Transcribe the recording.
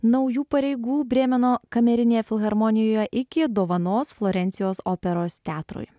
naujų pareigų brėmeno kamerinėje filharmonijoje iki dovanos florencijos operos teatrui